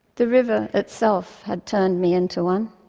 the river itself had turned me into one.